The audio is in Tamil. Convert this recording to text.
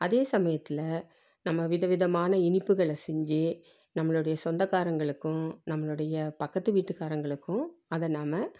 அதே சமயத்தில் நம்ம விதவிதமான இனிப்புகளை செஞ்சு நம்மளுடைய சொந்தக்காரர்களுக்கும் நம்மளுடைய பக்கத்து வீட்டுக்காரர்களுக்கும் அதை நாம்